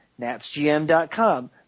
NatsGM.com